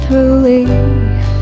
relief